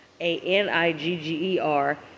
A-N-I-G-G-E-R